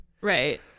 Right